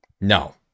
No